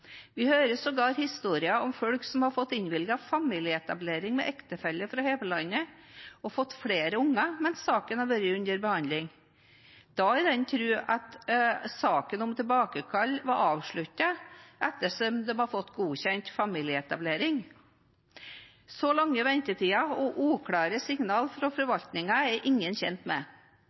Vi hører sågar historier om folk som har fått innvilget familieetablering med ektefelle fra hjemlandet og fått flere barn mens saken var under behandling – da i den tro at saken om tilbakekall var avsluttet, ettersom de hadde fått godkjent familieetablering. Så lange ventetider og uklare signaler fra forvaltningen er ingen tjent med.